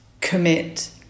commit